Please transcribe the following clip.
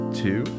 two